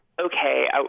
okay